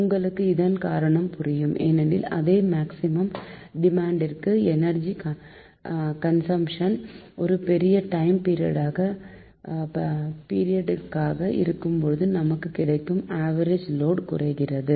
உங்களுக்கு இதன் காரணம் புரியும் ஏனெனில் அதே மேக்சிமம் டிமாண்ட் க்கு எனர்ஜி கன்சம்ப்ஷன் ஒரு பெரிய டைம் பீரியட்க்கானதாக இருக்கும்போது நமக்கு கிடைக்கும் ஆவரேஜ் லோடு குறைகிறது